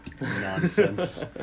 nonsense